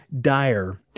dire